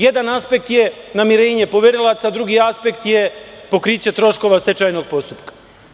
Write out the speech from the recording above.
Jedan aspekt je namirenje poverilaca, a drugi aspekt je pokriće troškova stečajnog postupka.